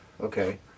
okay